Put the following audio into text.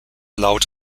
laut